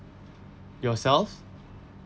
yourself